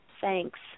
thanks